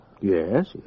Yes